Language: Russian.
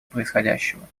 происходящего